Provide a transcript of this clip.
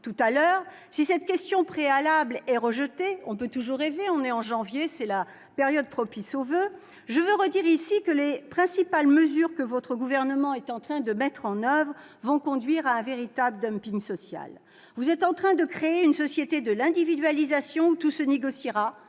tout à l'heure si cette motion est rejetée- mais on peut toujours rêver à son adoption, surtout en cette période des voeux !-, je veux redire ici que les principales mesures que le Gouvernement est en train de mettre en oeuvre vont conduire à un véritable dumping social. Vous êtes en train de créer une société de l'individualisation, où tout se négociera,